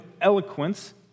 eloquence